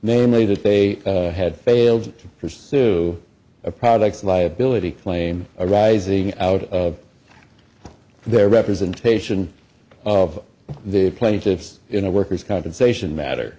namely that they had failed to pursue a products liability claim arising out of their representation of the plaintiffs in a worker's compensation matter